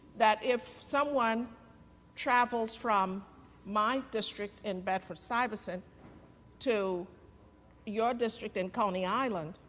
that if someone travels from my district in bedford stuyvesant to your district in coney island,